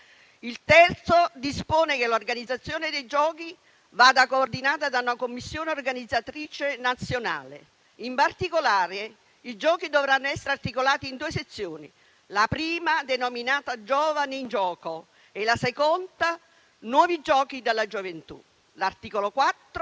3 dispone che l'organizzazione dei Giochi vada coordinata da una Commissione organizzatrice nazionale. In particolare, i Giochi dovranno essere articolati in due sezioni: la prima denominata «Giovani in gioco» e la seconda «Nuovi giochi della gioventù». L'articolo 4